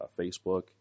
Facebook